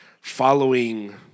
following